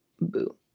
Boo